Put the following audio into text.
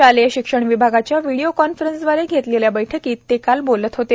शालेय शिक्षण विभागाच्या व्हिडिओ कॉन्फरन्स द्वारे घेतलेल्या बैठकीत ते काल बोलत होते